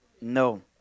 No